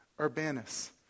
Urbanus